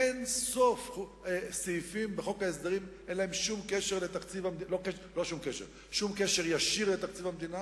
אין-סוף סעיפים בחוק ההסדרים שאין להם קשר ישיר לתקציב המדינה